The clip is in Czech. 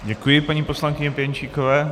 Děkuji paní poslankyni Pěnčíkové.